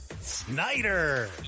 Snyder